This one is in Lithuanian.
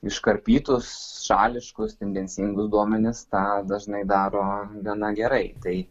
iškarpytus šališkus tendencingus duomenis tą dažnai daro gana gerai tai